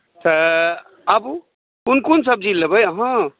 तऽ आबू कोन कोन सब्जी लेबै अहाँ